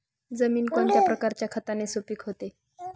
जमीन कोणत्या प्रकारच्या खताने सुपिक होते?